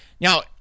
Now